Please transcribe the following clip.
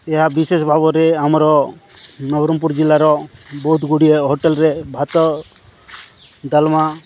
ଏହା ବିଶେଷ ଭାବରେ ଆମର ନବରଙ୍ଗପୁର ଜିଲ୍ଲାର ବହୁତ ଗୁଡ଼ିଏ ହୋଟେଲ୍ରେ ଭାତ ଡାଲ୍ମା